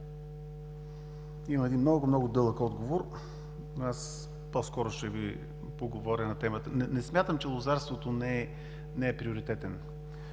има един много, много дълъг отговор, но аз по-скоро ще Ви поговоря по темата. Не смятам, че лозарството не е приоритетен